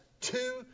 two